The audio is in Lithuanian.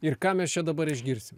ir ką mes čia dabar išgirsim